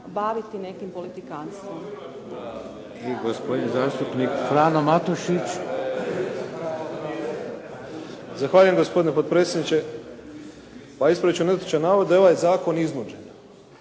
baviti nekim politikantstvom.